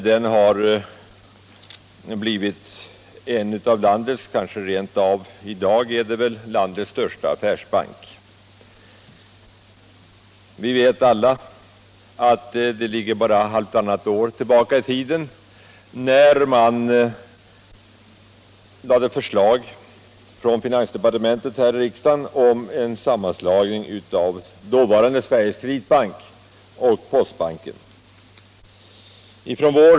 Den har blivit en av landets största banker — i dag är den kanske rent av landets största affärsbank. Vi vet alla att det är bara halvtannat år sedan finansdepartementet föreslog riksdagen en sammanslagning av dåvarande Sveriges kreditbank och postbanken.